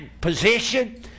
position